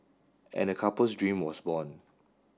and the couple's dream was born